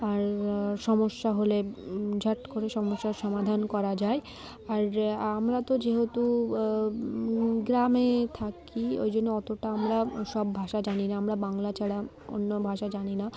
আর সমস্যা হলে ঝট করে সমস্যার সমাধান করা যায় আর আমরা তো যেহেতু গ্রামে থাকি ওই জন্য অতটা আমরা সব ভাষা জানি না আমরা বাংলা ছাড়া অন্য ভাষা জানি না